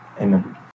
Amen